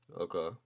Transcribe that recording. Okay